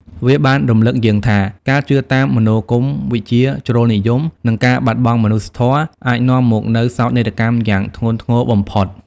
វាបានរំឭកយើងថា ការជឿតាមមនោគមវិជ្ជាជ្រុលនិយម និងការបាត់បង់មនុស្សធម៌អាចនាំមកនូវសោកនាដកម្មយ៉ាងធ្ងន់ធ្ងរបំផុត។